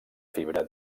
fibra